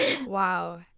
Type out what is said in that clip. Wow